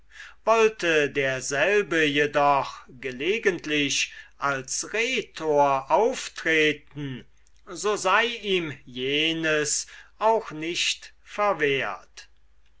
wollte derselbe jedoch gelegentlich als rhetor auftreten so sei ihm jenes auch nicht verwehrt